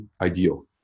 ideal